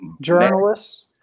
journalists